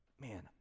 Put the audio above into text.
man